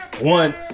One